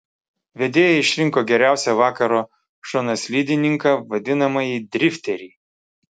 vedėjai išrinko geriausią vakaro šonaslydininką vadinamąjį drifterį